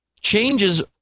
changes